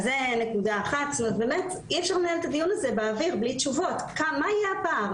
אי אפשר לנהל את הדיון הזה באוויר בלי תשובות מה יהיה הפער,